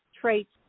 traits